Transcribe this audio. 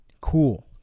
Cool